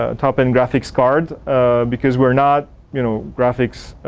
ah top-end graphics card because we're not you know, graphics